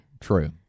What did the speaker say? True